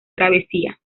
travesía